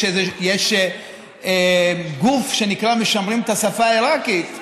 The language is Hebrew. יש איזה גוף שנקרא "משמרים את השפה העיראקית".